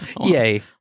Yay